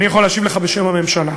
אני יכול להשיב לך בשם הממשלה.